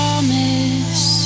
Promise